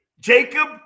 Jacob